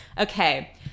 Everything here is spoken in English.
Okay